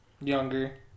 younger